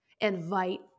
invite